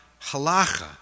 Halacha